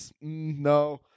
No